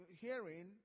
hearing